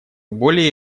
более